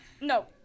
no